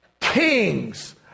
kings